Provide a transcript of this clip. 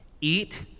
eat